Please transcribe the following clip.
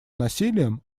насилием